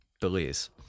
Belize